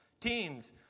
Teens